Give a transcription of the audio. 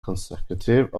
consecutive